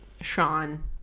Sean